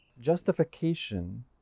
Justification